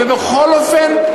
ובכל אופן,